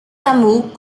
hameaux